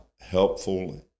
helpful